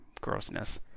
grossness